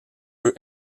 eux